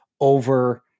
over